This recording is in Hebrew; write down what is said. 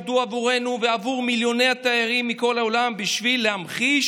עבדו עבורנו ועבור מיליוני התיירים מכל העולם בשביל להמחיש